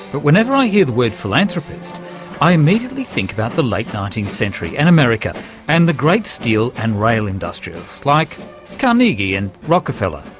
but whenever i hear the word philanthropist i immediately think about the late nineteenth century and america and the great steel and rail industrialists like carnegie and rockefeller.